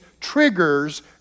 triggers